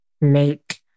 make